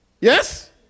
yes